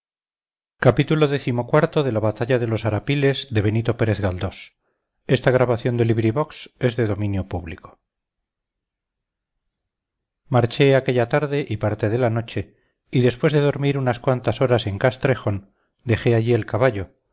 escape marché aquella tarde y parte de la noche y después de dormir unas cuantas horas en castrejón dejé allí el caballo